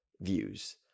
views